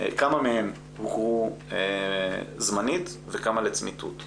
כמה מהן הוכרו זמנית וכמה לצמיתות,